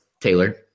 Taylor